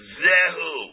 zehu